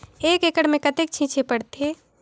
एक एकड़ मे कतेक छीचे पड़थे?